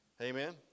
amen